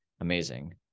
amazing